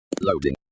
loading